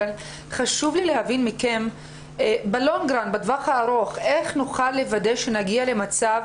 אבל חשוב לי להבין מכם בטווח הארוך איך נוכל לוודא שנגיע למצב